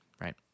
Right